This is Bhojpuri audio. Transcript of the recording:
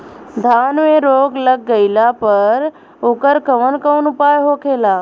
धान में रोग लग गईला पर उकर कवन कवन उपाय होखेला?